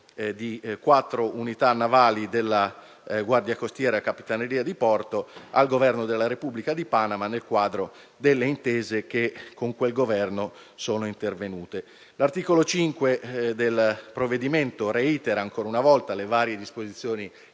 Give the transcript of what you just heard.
di quattro unità navali della Guardia costiera - Capitaneria di porto al Governo della Repubblica di Panama nel quadro delle intese che con quel Governo sono intervenute. L'articolo 5 del provvedimento reitera ancora una volta le varie disposizioni